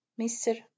mr